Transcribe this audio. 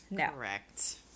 Correct